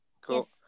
Cool